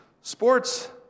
sports